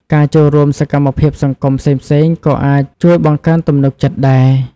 ការចូលរួមសកម្មភាពសង្គមផ្សេងៗក៏អាចជួយបង្កើនទំនុកចិត្តដែរ។